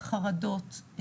חרדות,